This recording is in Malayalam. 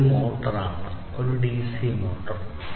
ഇതൊരു മോട്ടോറാണ് ഒരു ഡിസി മോട്ടോർ